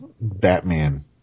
Batman